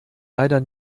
leider